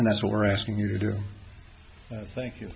and that's what we're asking you to do thank you